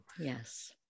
Yes